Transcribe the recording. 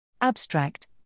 Abstract